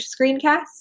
screencast